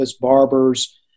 barbers